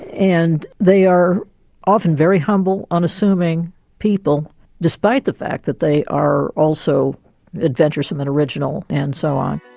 and they are often very humble, unassuming people despite the fact that they are also adventuresome and original and so on.